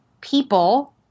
people